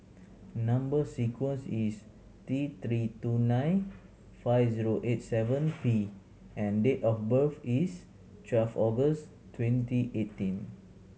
number sequence is T Three two nine five zero eight seven P and date of birth is twelve August twenty eighteen